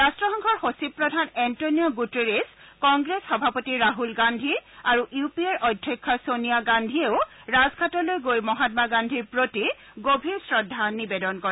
ৰাট্টসংঘৰ সচিব প্ৰধান এণ্টনিঅ গুটেৰেছ কংগ্ৰেছ সভাপতি ৰাহুল গান্ধী আৰু ইউ পি এৰ অধ্যক্ষা ছেনীয়া গান্ধীয়েও ৰাজঘাটলৈ গৈ মহাত্মা গান্ধীৰ প্ৰতি গভীৰ শ্ৰদ্ধা নিবেদন কৰে